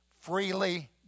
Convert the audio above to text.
freely